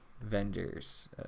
Vendors